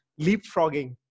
leapfrogging